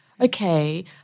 okay